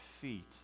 feet